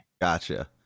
Gotcha